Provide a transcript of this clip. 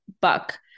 buck